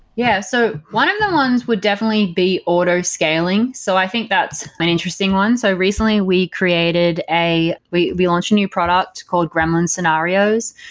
yeah. so one of the ones would definitely be order scaling. so i think that's an interesting one. so recently, we created a we we launched a new product called gremlin scenarios.